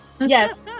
Yes